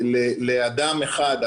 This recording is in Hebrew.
מחויבותנו לא לתת לפגוע באנשים עם מוגבלות.